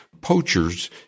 poachers